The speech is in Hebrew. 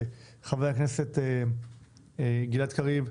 חבר הכנסת גלעד קריב,